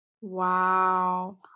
wow